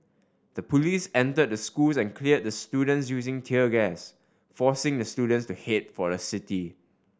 the police entered the schools and cleared the students using tear gas forcing the students to head for the city